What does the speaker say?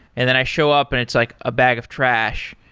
and then i show up and it's like a bag of trash,